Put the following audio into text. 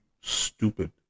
stupid